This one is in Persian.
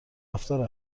رفتار